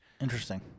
interesting